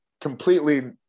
completely